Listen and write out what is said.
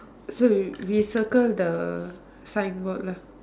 so we we circle the signboard lah